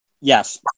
Yes